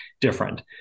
different